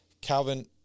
Calvin